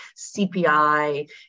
CPI